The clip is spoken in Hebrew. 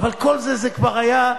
אבל כל זה, זה כבר היה,